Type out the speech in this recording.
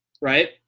right